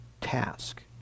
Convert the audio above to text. task